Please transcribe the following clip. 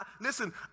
listen